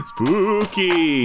Spooky